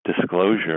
disclosure